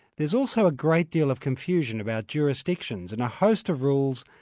there's also a great deal of confusion about jurisdictions and a host of rules,